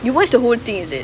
you watch the whole thing is it